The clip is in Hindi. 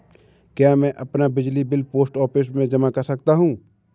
क्या मैं अपना बिजली बिल पोस्ट ऑफिस में जमा कर सकता हूँ?